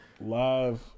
Live